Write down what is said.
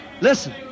Listen